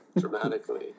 dramatically